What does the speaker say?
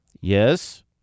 Yes